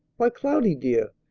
why, cloudy, dear!